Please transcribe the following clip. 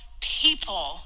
people